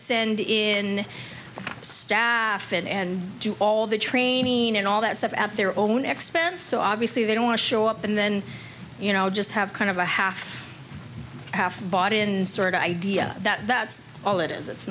send in staff in and do all the training and all that stuff at their own expense so obviously they don't want to show up and then you know just have kind of a half half bought in sort of idea that that's all it is it's